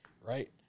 right